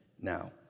now